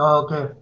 okay